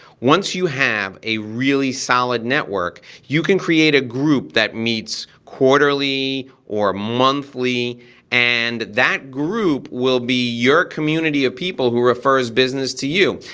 once you have a really solid network you can create a group that meets quarterly or monthly and that group will be your community of people who refers business to you.